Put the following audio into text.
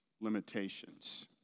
limitations